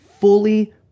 fully